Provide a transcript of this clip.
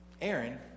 Aaron